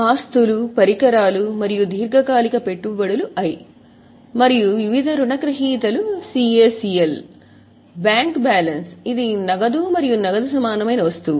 ఆస్తులు పరికరాలు మరియు దీర్ఘకాలిక పెట్టుబడులు I మరియు వివిధ రుణగ్రహీతలు CACL బ్యాంక్ బ్యాలెన్స్ ఇది నగదు మరియు నగదు సమానమైన వస్తువు